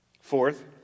Fourth